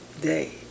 day